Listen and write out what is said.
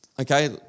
Okay